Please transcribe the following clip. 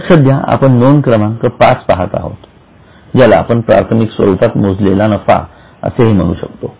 पण सध्या आपण नोंद क्रमांक पाच पाहत आहोत ज्याला आपण प्राथमिक स्वरूपात मोजलेला नफा असे म्हणू शकतो